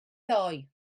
ddau